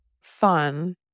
fun